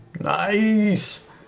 Nice